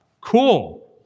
cool